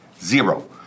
zero